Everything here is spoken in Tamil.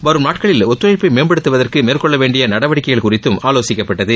வரும் நாட்களில் ஒத்துழைப்பை மேம்படுத்துவதற்கு மேற்கொள்ள வேண்டிய நடவடிக்கைகள் குறித்தும் ஆலோசிக்கப்பட்டது